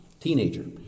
teenager